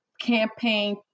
campaign